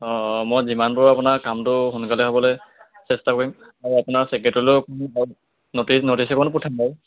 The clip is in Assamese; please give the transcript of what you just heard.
অঁ মই যিমান পাৰো আপোনাৰ কামটো সোনকালে হ'বলৈ চেষ্টা কৰিম আৰু আপোনাৰ চেক্ৰেটৰীলৈও নটিচ নটিচ এখনো পঠিয়াম বাৰু